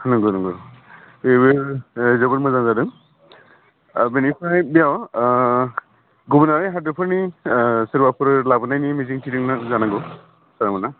नोंगौ नोंगौ जोबोर मोजां जादों आर बिनिफ्राय बेयाव गुबुनारि हादरफोरनि सोरबाफोर लाबोनायनि मिजिंथिदों जानांगौ सारमोनहा